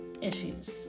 issues